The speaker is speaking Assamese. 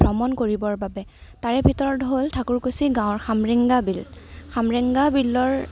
ভ্ৰমণ কৰিবৰ বাবে তাৰে ভিতৰত হ'ল ঠাকুৰকুছি গাঁৱৰ খামৰেংগা বিল